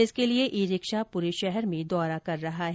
इसके लिए e rickshaw पूरे शहर में दौरा कर रहा है